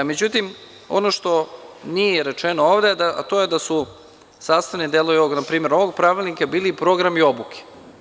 Međutim, ono što nije rečeno ovde, a to je da su sastavni delovi npr. ovog pravilnika bili programi obuke.